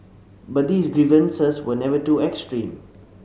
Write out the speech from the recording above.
but these grievances were never too extreme